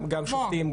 גם שופטים,